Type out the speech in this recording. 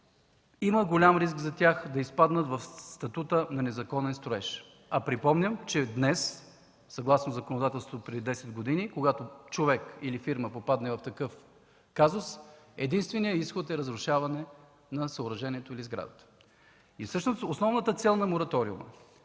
има голям риск за тях да изпаднат в статута на незаконен строеж. Припомням, че днес съгласно законодателството преди десет години, когато човек или фирма попадне в такъв казус, единственият изход е разрушаване на съоръжението или сградата. Всъщност основната цел на мораториума